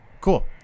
Cool